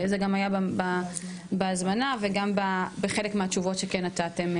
זה גם היה בהזמנה וגם בחלק מהתשובות שכן נתתם,